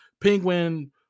Penguin